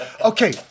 okay